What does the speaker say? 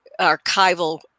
archival